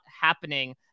happening